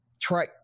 try